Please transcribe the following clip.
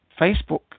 Facebook